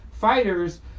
fighters